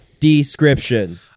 description